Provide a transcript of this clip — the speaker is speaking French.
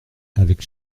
avec